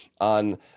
on